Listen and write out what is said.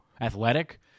Athletic